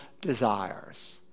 desires